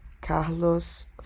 Carlos